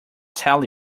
tell